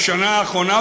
בשנה האחרונה,